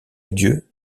adieu